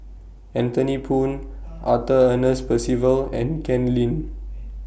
Anthony Poon Arthur Ernest Percival and Ken Lim